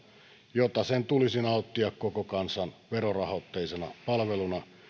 jota sen tulisi nauttia koko kansan verorahoitteisena palveluna